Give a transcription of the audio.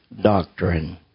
doctrine